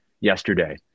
yesterday